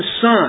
son